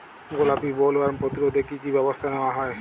গোলাপী বোলওয়ার্ম প্রতিরোধে কী কী ব্যবস্থা নেওয়া হয়?